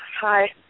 Hi